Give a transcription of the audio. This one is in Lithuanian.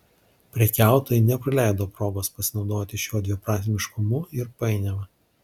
prekiautojai nepraleido progos pasinaudoti šiuo dviprasmiškumu ir painiava